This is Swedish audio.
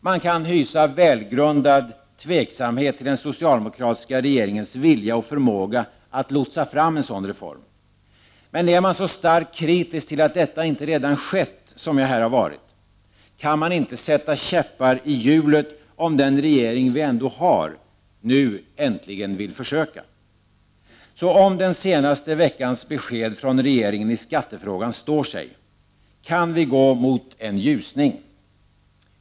Man kan hysa välgrundad tveksamhet till den socialdemokratiska regeringens vilja och förmåga att lotsa fram en sådan reform. Men är man så starkt kritisk till att detta inte redan skett som jag har varit här, kan man inte sätta käppar i hjulen, om den regering vi ändå har nu äntligen vill försöka. Så om den senaste veckans besked från regeringen i skattefrågan står sig, kan vi gå mot en ljusning.